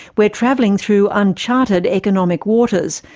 we're travelling through unchartered economic waters,